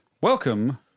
Welcome